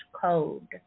code